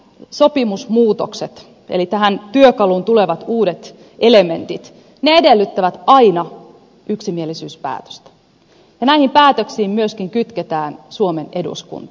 nämä sopimusmuutokset eli tähän työkaluun tulevat uudet elementit edellyttävät aina yksimielisyyspäätöstä ja näihin päätöksiin myöskin kytketään suomen eduskunta